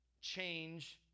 change